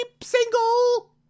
single